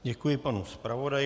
Děkuji panu zpravodaji.